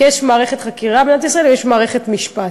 כי יש מערכת חקירה במדינת ישראל ויש מערכת משפט.